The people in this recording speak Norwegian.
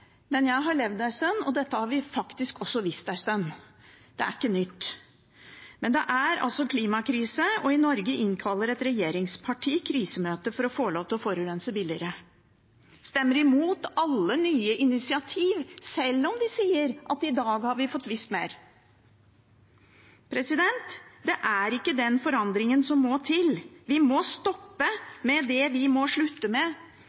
Men jeg har levd en stund, og dette har vi faktisk også visst en stund – det er ikke nytt. Det er altså klimakrise, og i Norge innkaller et regjeringsparti til krisemøte for å få lov til å forurense billigere. De stemmer imot alle nye initiativ sjøl om de sier at vi i dag har fått vite mer. Det er ikke den forandringen som må til. Vi må stoppe med det vi må slutte med.